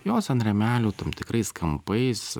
jos ant rėmelių tam tikrais kampais